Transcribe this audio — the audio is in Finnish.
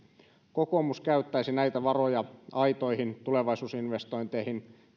kokoomus käyttäisi näitä varoja aitoihin tulevaisuusinvestointeihin